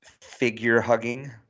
figure-hugging